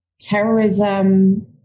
terrorism